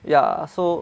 ya so